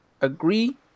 agree